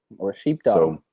or sheepdog.